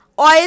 oil